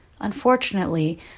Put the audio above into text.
unfortunately